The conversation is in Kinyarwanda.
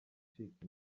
ucika